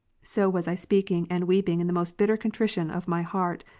so was i speaking, and weeping in the most bitter con trition of my heart,